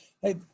Hey